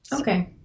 Okay